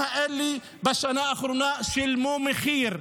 בשנה האחרונה הילדים האלה שילמו מחיר,